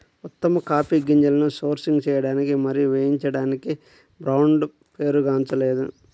ఉత్తమ కాఫీ గింజలను సోర్సింగ్ చేయడానికి మరియు వేయించడానికి బ్రాండ్ పేరుగాంచలేదు